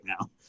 now